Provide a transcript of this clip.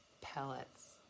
Pellets